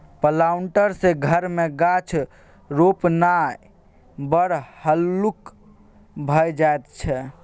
planter सँ घर मे गाछ रोपणाय बड़ हल्लुक भए जाइत छै